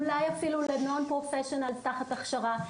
אולי אפילו לנון פרופשונל תחת הכשרה,